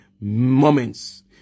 moments